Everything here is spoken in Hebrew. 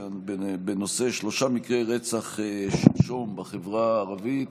בנושא: שלושה מקרי רצח שלשום בחברה העברית.